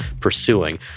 pursuing